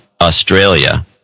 Australia